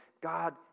God